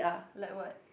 like what